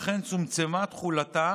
וכן צומצמה תחולתה